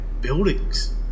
buildings